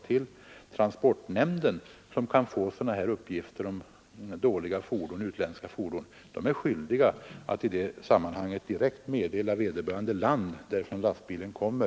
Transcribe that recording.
Transportnämnden, som får sådana här uppgifter om dåliga utländska fordon, är skyldig att direkt meddela det land varifrån lastbilen kommer.